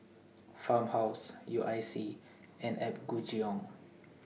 Farmhouse U I C and Apgujeong